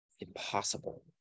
impossible